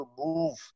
move